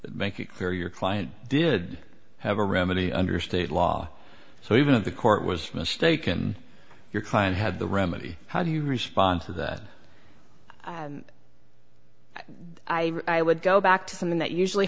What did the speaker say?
make it clear your client did have a remedy under state law so even if the court was mistaken your client had the remedy how do you respond to that i would go back to something that usually